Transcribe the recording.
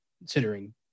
considering